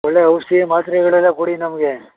ಒಳ್ಳೆಯ ಔಷಧಿ ಮಾತ್ರೆಗಳೆಲ್ಲ ಕೊಡಿ ನಮಗೆ